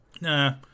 Nah